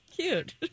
Cute